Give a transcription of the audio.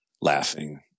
laughing